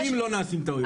לפעמים לא נעשים טעויות.